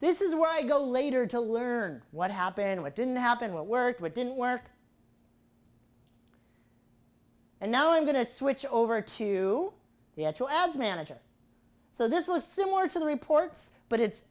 i go later to learn what happened what didn't happen what worked what didn't work and now i'm going to switch over to the actual ads manager so this was similar to the reports but it's